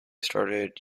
started